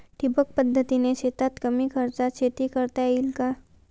ठिबक पद्धतीने शेतात कमी खर्चात शेती करता येईल का?